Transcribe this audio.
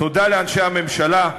תודה לאנשי הממשלה,